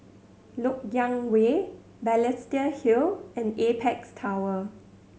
Lok Yang Way Balestier Hill and Apex Tower